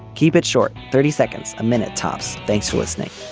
keep it short thirty seconds a minute tops. thanks for listening